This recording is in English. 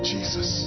Jesus